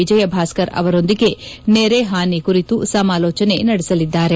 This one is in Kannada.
ವಿಜಯಭಾಸ್ಕರ್ ಅವರೊಂದಿಗೆ ನೆರೆಹಾನಿ ಕುರಿತು ಸಮಾಲೋಚನೆ ನಡೆಸಲಿದ್ದಾರೆ